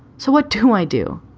so what do i do?